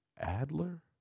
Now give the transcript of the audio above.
Adler